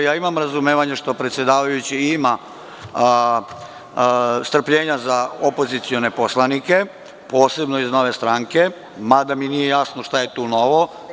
Ja imam razumevanja što predsedavajući ima strpljenja za opozicione poslanike, posebno iz Nove stranke, mada mi nije jasno šta je tu novo.